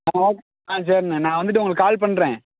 ஆ okay ஆ சரிண்ணே நான் வந்துட்டு உங்களுக்கு கால் பண்ணுறேன்